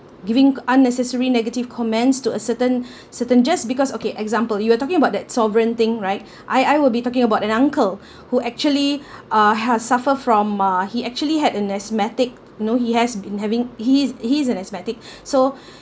giving unnecessary negative comments to a certain certain just because okay example you were talking about that sovereign thing right I I will be talking about an uncle who actually uh has suffer from uh he actually had an asthmatic you know he has been having he's he's an asthmatic so